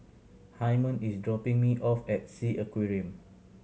Hymen is dropping me off at Sea Aquarium